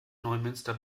neumünster